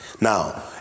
Now